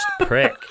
prick